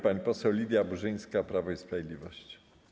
Pani poseł Lidia Burzyńska, Prawo i Sprawiedliwość.